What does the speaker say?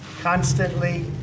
constantly